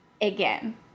again